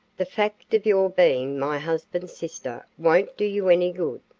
the fact of your being my husband's sister won't do you any good.